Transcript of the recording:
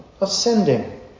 ascending